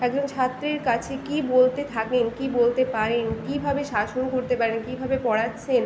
একজন ছাত্রীর কাছে কী বলতে থাকেন কী বলতে পারেন কীভাবে শাসন করতে পারেন কীভাবে পড়াচ্ছেন